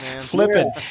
Flipping